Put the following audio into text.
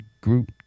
group